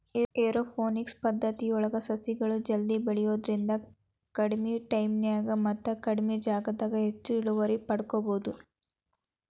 aeroponics ಪದ್ದತಿಯೊಳಗ ಸಸಿಗಳು ಜಲ್ದಿ ಬೆಳಿಯೋದ್ರಿಂದ ಕಡಿಮಿ ಟೈಮಿನ್ಯಾಗ ಮತ್ತ ಕಡಿಮಿ ಜಗದಾಗ ಹೆಚ್ಚಿನ ಇಳುವರಿ ಪಡ್ಕೋಬೋದು